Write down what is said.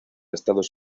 estados